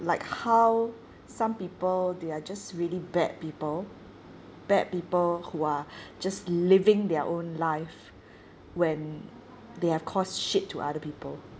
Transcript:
like how some people they're just really bad people bad people who are just living their own life when they have caused shit to other people